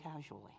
casually